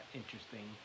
interesting